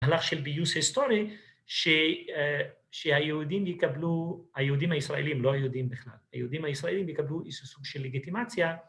מ‫הלך של פיוס היסטורי, שהיהודים יקבלו, ‫היהודים הישראלים, לא היהודים בכלל, ‫היהודים הישראלים יקבלו ‫איזשהו סוג של לגיטימציה.